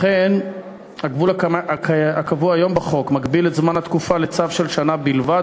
לכן הגבול הקבוע היום בחוק המגביל את תקופת הצו לשנה בלבד,